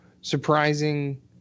surprising